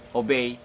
obey